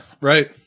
Right